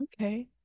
okay